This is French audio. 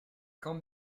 quand